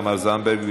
תמר זנדברג,